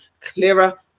clearer